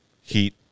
Heat